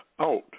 out